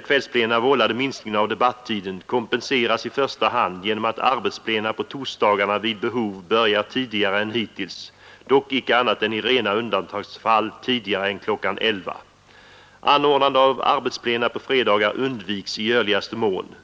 kvällsplena vållade minskningen av debattiden kompenseras i första hand genom att arbetsplena på torsdagarna vid behov börjar tidigare än hittills, dock icke annat än i rena undantagsfall tidigare än kl. 11.00. Anordnande av arbetsplena på fredagar undviks i görligaste mån.